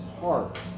hearts